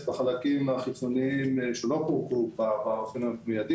בחלקים החיצוניים שלא פורקו בשלב המיידי,